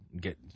get